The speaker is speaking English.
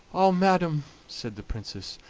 ah! madam, said the princess,